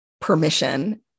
permission